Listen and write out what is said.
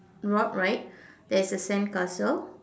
rock right there's a sandcastle